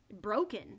Broken